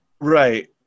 Right